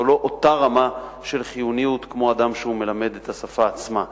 זו לא אותה רמה של חיוניות כמו לגבי אדם שמלמד את השפה עצמה.